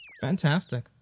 Fantastic